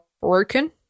broken